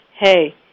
hey